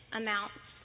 amounts